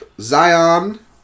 Zion